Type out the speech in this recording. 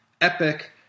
epic